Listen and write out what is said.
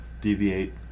deviate